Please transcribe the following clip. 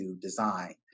design